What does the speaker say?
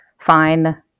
fine